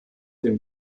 dem